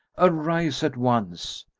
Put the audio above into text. arise at once!